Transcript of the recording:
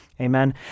amen